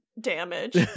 damage